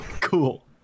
Cool